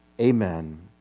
Amen